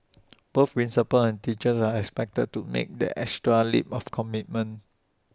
both principals and teachers are expected to make that extra leap of commitment